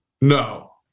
No